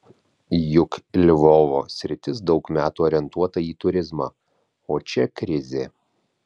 juk lvovo sritis daug metų orientuota į turizmą o čia krizė